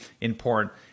important